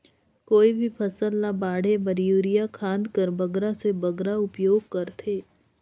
कोई भी फसल ल बाढ़े बर युरिया खाद कर बगरा से बगरा उपयोग कर थें?